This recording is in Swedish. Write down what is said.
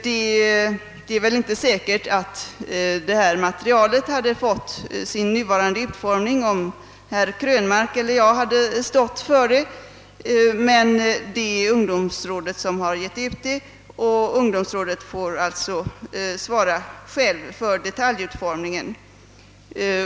Det är väl inte säkert att det material som vi här diskuterar hade fått sin nuvarande utformning, om herr Krönmark eller jag hade stått för det, men det är ju ungdomsrådet som har gett ut materialet, och rådet får alltså själv svara för detaljerna.